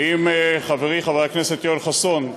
ואם, חברי חבר הכנסת יואל חסון,